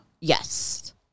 Yes